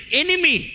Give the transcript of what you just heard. enemy